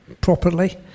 properly